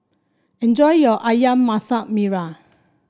enjoy your ayam Masak Merah